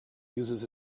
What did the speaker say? uses